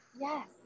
yes